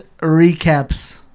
recaps